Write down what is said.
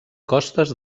costes